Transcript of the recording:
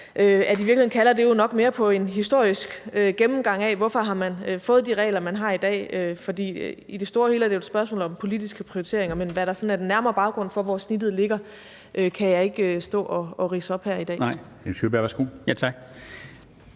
at i virkeligheden kalder det jo nok mere på en historisk gennemgang af, hvorfor man har fået de regler, man har i dag, for i det store hele er det jo et spørgsmål om politiske prioriteringer. Men hvad der sådan er den nærmere baggrund for, at snittet ligger, hvor det gør, kan jeg ikke stå og ridse op her i dag.